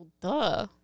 Duh